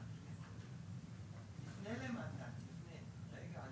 במצב החדש מי